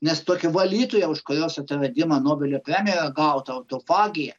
nes tokia valytoja už kurios atradimą nobelio premija yra gauta autofagija